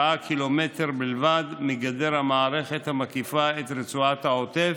קילומטר בלבד מגדר המערכת המקיפה את רצועת העוטף.